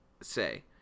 say